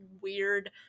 weird